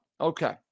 Okay